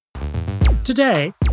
Today